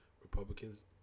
Republicans